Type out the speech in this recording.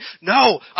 No